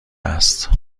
است